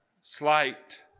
slight